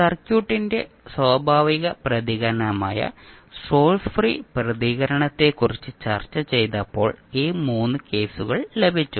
സർക്യൂട്ടിന്റെ സ്വാഭാവിക പ്രതികരണമായ സോഴ്സ് ഫ്രീ പ്രതികരണത്തെക്കുറിച്ച് ചർച്ച ചെയ്തപ്പോൾ ഈ 3 കേസുകൾ ലഭിച്ചു